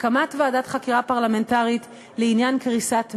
הקמת ועדת חקירה פרלמנטרית לעניין קריסת "מגה",